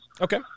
Okay